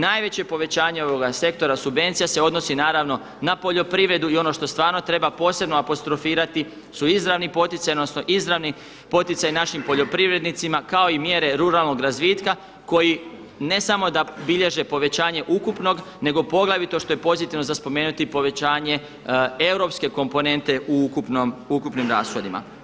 Najveće povećanje ovoga sektora subvencija se odnosi naravno na poljoprivredu i ono što stvarno treba posebno apostrofirati su izravni poticaji odnosno izravni poticaji našim poljoprivrednicima kao i mjere ruralnog razvitka koji ne samo da bilježe povećanje ukupnog nego poglavito što je pozitivno za spomenuti povećanje europske komponente u ukupnim rashodima.